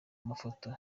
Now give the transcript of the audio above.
mafoto